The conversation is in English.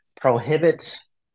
prohibits